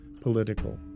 political